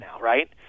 right